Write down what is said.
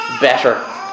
better